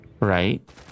Right